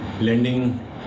lending